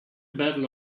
battle